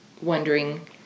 wondering